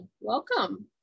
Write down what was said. Welcome